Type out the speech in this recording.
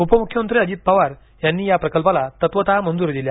उपमुख्यमंत्री अजित पवार यांनी या प्रकल्पाला तत्वतः मंजूरी दिली